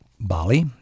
Bali